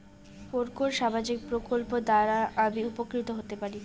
কোন কোন সামাজিক প্রকল্প দ্বারা আমি উপকৃত হতে পারি?